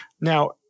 Now